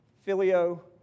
filio